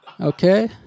Okay